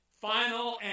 final